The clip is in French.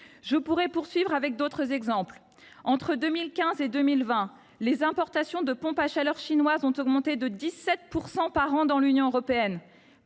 Je pourrais poursuivre avec d’autres exemples. Entre 2015 et 2020, les importations de pompes à chaleur chinoises ont augmenté de 17 % par an dans l’Union européenne.